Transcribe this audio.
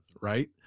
right